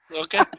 Okay